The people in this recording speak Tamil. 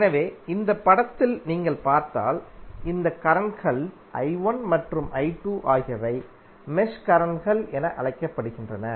எனவே இந்த படத்தில் நீங்கள் பார்த்தால் இந்த கரண்ட்கள் மற்றும் ஆகியவை மெஷ் கரண்ட்கள் என அழைக்கப்படுகின்றன